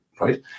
Right